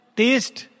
taste